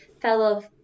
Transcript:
fellow